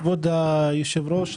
כבוד היושב ראש,